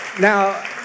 Now